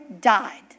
died